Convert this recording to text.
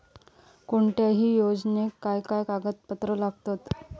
कोणत्याही योजनेक काय काय कागदपत्र लागतत?